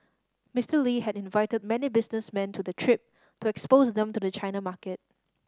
Mister Lee had invited many businessmen to the trip to expose them to the China market